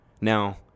Now